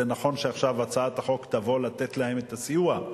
זה נכון שעכשיו הצעת החוק תבוא לתת להן את הסיוע,